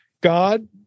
God